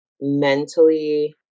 mentally